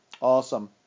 Awesome